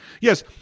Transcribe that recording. yes